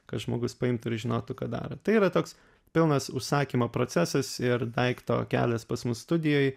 kad žmogus paimtų ir žinotų ką daro tai yra toks pilnas užsakymo procesas ir daikto kelias pas mus studijoj